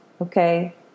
okay